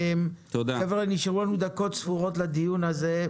חבר'ה, נשארו לנו דקות ספורות לדיון הזה.